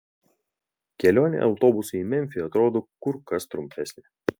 kelionė autobusu į memfį atrodo kur kas trumpesnė